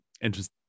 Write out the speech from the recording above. interesting